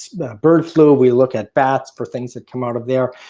bird flu, we look at-bats for things that come out of there,